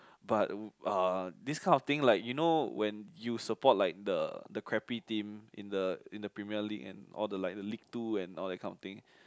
but w~ ah this kind of thing like you know when you support like the the crappy team in the in the Premier League and all the like the league two and all that kind of thing